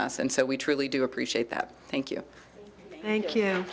us and so we truly do appreciate that thank you thank you